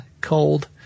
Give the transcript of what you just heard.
cold